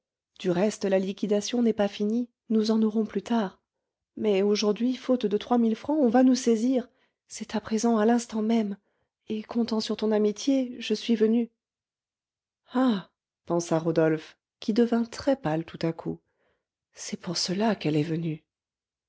du reste la liquidation n'est pas finie nous en aurons plus tard mais aujourd'hui faute de trois mille francs on va nous saisir c'est à présent à l'instant même et comptant sur ton amitié je suis venue ah pensa rodolphe qui devint très pâle tout à coup c'est pour cela qu'elle est venue